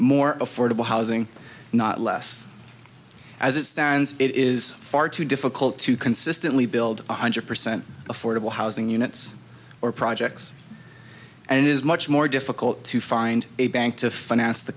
more affordable housing not less as it stands it is far too difficult to consistently build one hundred percent affordable housing units or projects and it is much more difficult to find a bank to finance the